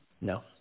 No